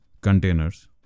containers